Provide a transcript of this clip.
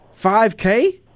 5K